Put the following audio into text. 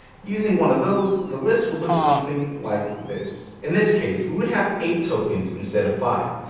using one of those, the list would look something like this. in this case we would have eight tokens instead of five,